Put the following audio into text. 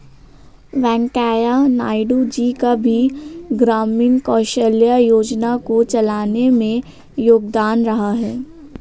वैंकैया नायडू जी का भी ग्रामीण कौशल्या योजना को चलाने में योगदान रहा है